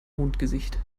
mondgesicht